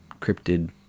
cryptid